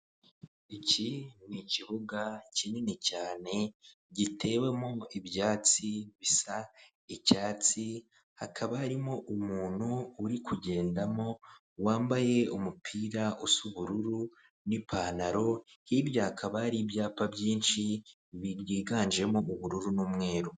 Iki ni ikibuga kinini cyane, gitewemo ibyatsi bisa icyatsi hakaba harimo umuntu uri kugendamo, wambaye umupira usa ubururu n'ipantaro. Hirya hakaba hari ibyapa byinshi, byiganjem ubururu n'umweru.